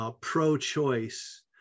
pro-choice